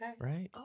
Right